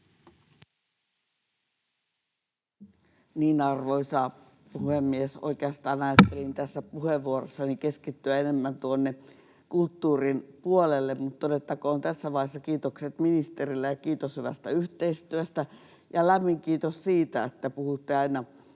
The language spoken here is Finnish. hyvä. Arvoisa puhemies! Oikeastaan ajattelin tässä puheenvuorossani keskittyä enemmän kulttuurin puolelle, mutta todettakoon tässä vaiheessa kiitokset ministerille ja kiitos hyvästä yhteistyöstä. Lämmin kiitos siitä, että puhutte aina